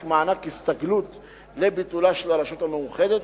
מענק הסתגלות לביטולה של הרשות המאוחדת